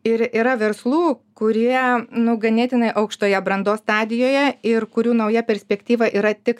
ir yra verslų kurie nu ganėtinai aukštoje brandos stadijoje ir kurių nauja perspektyva yra tik